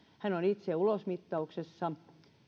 hän on itse ulosmittauksessa